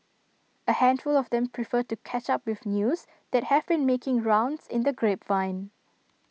A handful of them prefer to catch up with news that have been making rounds in the grapevine